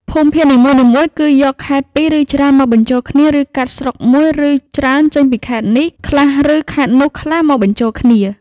ភូមិភាគនីមួយៗគឺយកខេត្តពីរឬច្រើនមកបញ្ចូលគ្នា ឬកាត់ស្រុក១ ឬច្រើនចេញពីខេត្តនេះខ្លះឬខេត្តនោះខ្លះ មកបញ្ចូលគ្នា។